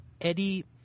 Eddie